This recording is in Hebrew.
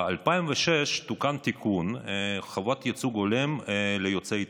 ב-2006 תוקן תיקון על חובת ייצוג הולם ליוצאי אתיופיה.